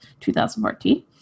2014